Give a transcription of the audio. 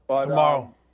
tomorrow